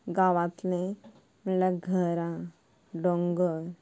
गांवांतले म्हणल्यार घरांत दोंगर